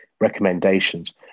recommendations